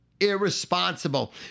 irresponsible